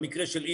במקרה של אינטל,